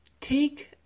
take